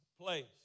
place